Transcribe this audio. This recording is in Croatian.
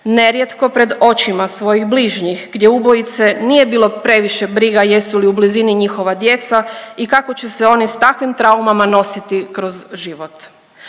Nerijetko pred očima svojih bližnjih gdje ubojice nije bilo previše briga jesu li u blizini njihova djeca i kako će se oni s takvim traumama nositi kroz život.